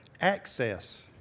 access